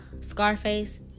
Scarface